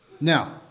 Now